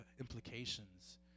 implications